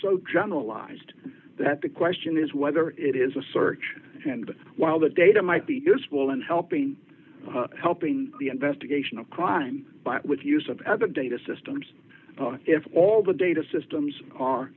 so generalized that the question is whether it is a search and while the data might be useful in helping helping the investigation of crime with use of at the data systems if all the data systems are